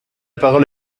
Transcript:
parole